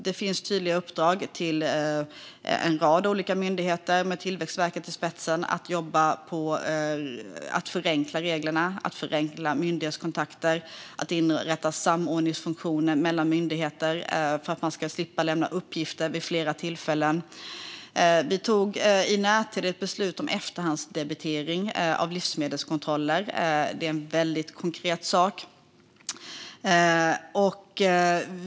Det finns tydliga uppdrag till en rad olika myndigheter, med Tillväxtverket i spetsen, att jobba med att förenkla reglerna, förenkla myndighetskontakter, att inrätta samordningsfunktioner mellan myndigheter så att man slipper lämna uppgifter vid flera tillfällen. Vi har i närtid fattat beslut om efterhandsdebitering av livsmedelskontroller. Det är en konkret sak.